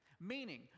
Meaning